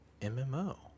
MMO